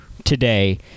today